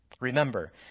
Remember